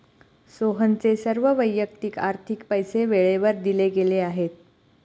सोहनचे सर्व वैयक्तिक आर्थिक पैसे वेळेवर दिले गेले आहेत